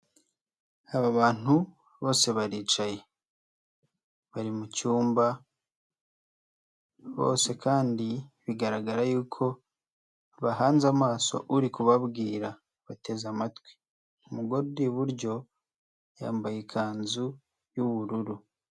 Aba abantu bose baricaye, bari mu cyumba bose kandi bigaragara yuko bahanze amaso uri kubabwira. Bateze amatwi, umugore uri iburyo yambaye ikanzu y'ubururu.